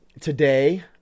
today